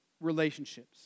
relationships